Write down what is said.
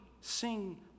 sing